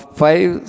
five